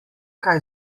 kaj